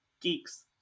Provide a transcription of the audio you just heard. geeks